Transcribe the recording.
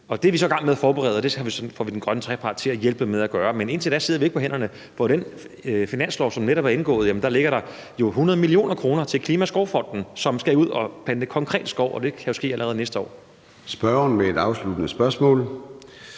Det er vi så i gang med at forberede, og det får vi den grønne trepart til at hjælpe med at gøre. Men indtil da sidder vi ikke på hænderne. I den finanslovsaftale, som netop er indgået, ligger der 100 mio. kr. til Klimaskovfonden, som skal ud og plante konkret skov, og det kan jo ske allerede næste år. Kl. 13:45 Formanden (Søren